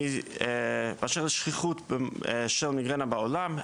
באשר לשכיחות של מיגרנה בעולם,